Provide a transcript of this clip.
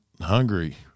hungry